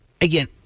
again